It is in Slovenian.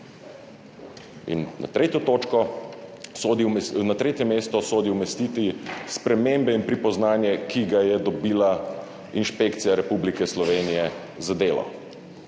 ministrstvu. In na tretje mesto sodi umestitev sprememb in pripoznanje, ki ga je dobil Inšpektorat Republike Slovenije za delo.